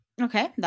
Okay